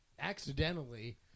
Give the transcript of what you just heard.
accidentally